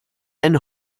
and